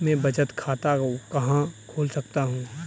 मैं बचत खाता कहाँ खोल सकता हूँ?